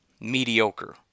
mediocre